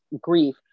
grief